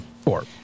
Four